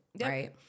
Right